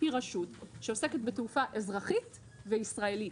היא רשות שעוסקת בתעופה אזרחית וישראלית.